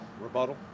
rebuttal